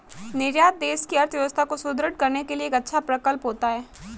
निर्यात देश की अर्थव्यवस्था को सुदृढ़ करने के लिए एक अच्छा प्रकल्प होता है